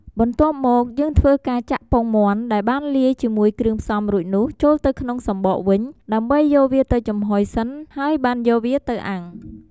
បន្ទាប់មកយើងធ្វើការចាក់ពងមាន់ដែលបានលាយជាមួយគ្រឿងផ្សំរួចនោះចូលទៅក្នុងសំបកវិញ ដើម្បីយកវាទៅចំហុយសិនហើយបានយកវាទៅអាំង។